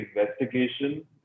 investigation